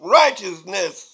righteousness